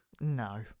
No